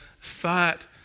thought